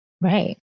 Right